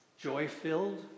joy-filled